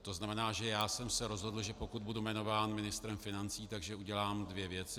To znamená, že já jsem se rozhodl, že pokud budu jmenován ministrem financí, tak udělám dvě věci.